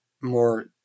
more